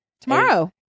tomorrow